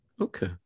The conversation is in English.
Okay